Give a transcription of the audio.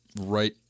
right